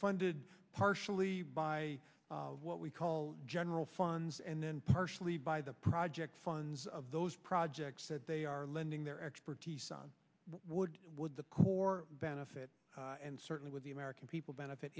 funded partially by what we call general funds and then partially by the project funds of those projects that they are lending their expertise on would would the core benefit and certainly with the american people benefit